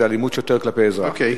על אלימות שוטר כלפי אזרח,